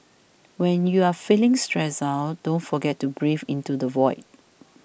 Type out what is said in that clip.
when you are feeling stressed out don't forget to breathe into the void